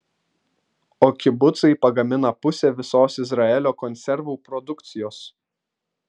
o kibucai pagamina pusę visos izraelio konservų produkcijos